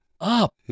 up